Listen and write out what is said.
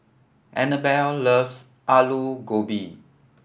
Annabelle loves Alu Gobi